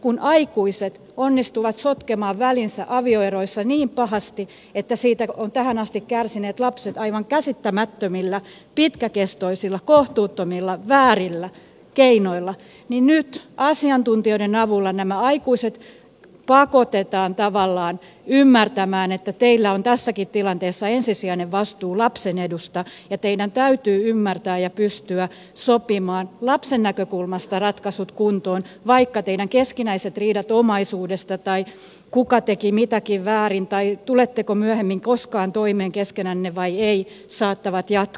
kun aikuiset onnistuvat sotkemaan välinsä avioeroissa niin pahasti että siitä ovat tähän asti kärsineet lapset aivan käsittämättömillä pitkäkestoisilla kohtuuttomilla väärillä keinoilla niin nyt asiantuntijoiden avulla nämä aikuiset pakotetaan tavallaan ymmärtämään että teillä on tässäkin tilanteessa ensisijainen vastuu lapsen edusta ja teidän täytyy ymmärtää ja pystyä sopimaan lapsen näkökulmasta ratkaisut kuntoon vaikka teidän keskinäiset riitanne omaisuudesta tai siitä kuka teki mitäkin väärin tai tuletteko myöhemmin koskaan toimeen keskenänne vai ette saattavat jatkua